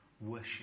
worship